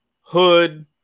Hood